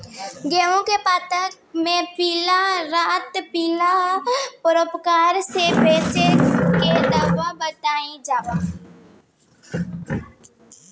गेहूँ के पता मे पिला रातपिला पतारोग से बचें के दवा बतावल जाव?